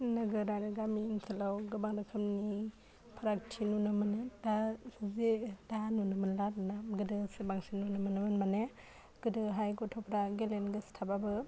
नोगोर आरो गामि ओनसोलाव गोबां रोखोमनि फारागथि नुनो मोनो दा जे दा नुनो मोनला आरो ना गोदोसो बांसिन नुनो मोनोमोन माने गोदोहाय गथ'फ्रा गेलेनो गोसो थाबाबो